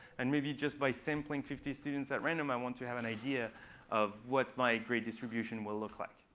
and maybe, just by sampling fifteen students at random, i want to have an idea of what my grade distribution will look like.